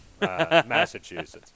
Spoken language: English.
Massachusetts